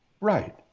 Right